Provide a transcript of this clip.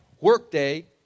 workday